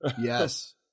Yes